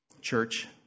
Church